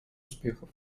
успехов